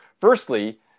firstly